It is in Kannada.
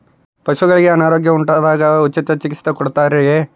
ಪಶುಗಳಿಗೆ ಅನಾರೋಗ್ಯ ಉಂಟಾದಾಗ ಉಚಿತ ಚಿಕಿತ್ಸೆ ಕೊಡುತ್ತಾರೆಯೇ?